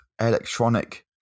electronic